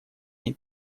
ней